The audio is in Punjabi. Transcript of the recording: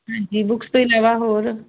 ਜੀ ਬੁੱਕਸ ਤੋਂ ਹੀ ਲੈਣਾ ਹੋਰ